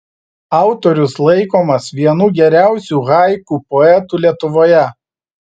autorius laikomas vienu geriausiu haiku poetų lietuvoje